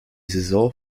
saison